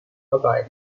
aday